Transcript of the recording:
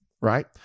right